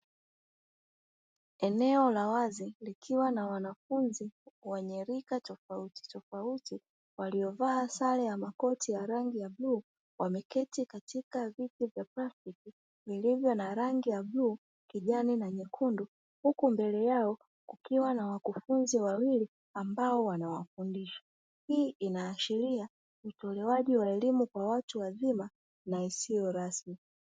Eneo la wazi likiwa na wanafunzi wenye rika tofauti tofauti, waliovaa sare ya makoti ya rangi ya bluu, wameketi katika viti vya plastiki vilivyo na rangi ya bluu, kijani na nyekundu huku mbele yao kukiwa na wakufunzi wawili ambao wanawafundisha, hii inaashiria utolewaji wa elimu kwa watu wazima na isiyo rasmi.